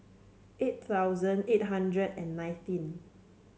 eight thousand eight hundred and nineteenth